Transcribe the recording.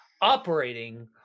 operating